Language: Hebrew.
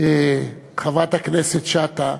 חברת הכנסת שטה,